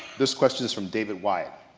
this question is from david wyatt.